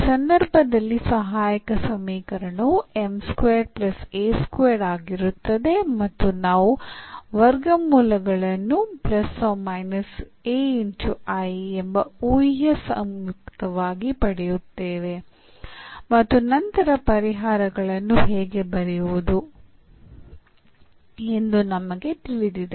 ಈ ಸಂದರ್ಭದಲ್ಲಿ ಸಹಾಯಕ ಸಮೀಕರಣವು ಆಗಿರುತ್ತದೆ ಮತ್ತು ನಾವು ಮೂಲವರ್ಗಗಳನ್ನು ಎಂಬ ಊಹ್ಯ ಸಂಯುಕ್ತವಾಗಿ ಪಡೆಯುತ್ತೇವೆ ಮತ್ತು ನಂತರ ಪರಿಹಾರಗಳನ್ನು ಹೇಗೆ ಬರೆಯುವುದು ಎಂದು ನಮಗೆ ತಿಳಿದಿದೆ